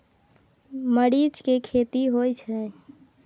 मरीच के खेती होय छय?